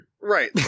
Right